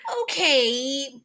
okay